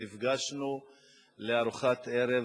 נפגשנו לארוחת ערב,